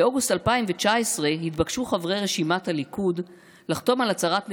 באוגוסט 2019 התבקשו חברי רשימת הליכוד לחתום על הצהרת נאמנות,